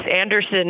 anderson